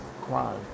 crime